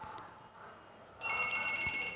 Reaper machine ले कोन कोन धान ल काटे जाथे?